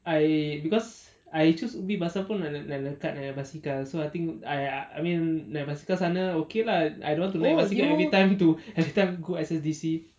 I because I choose ubi pasal pun l~ l~ like dekat dengan basikal so I think I I mean naik basikal sana okay lah I don't want to naik basikal every time go pevery time go S_S_D_C